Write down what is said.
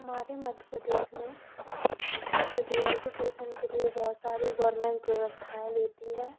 हमारे मध्य प्रदेश में शिक्षा के लिए एजुकेशन के लिए बहुत सारे गवर्नमेंट व्यवस्थाएं देती है